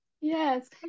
Yes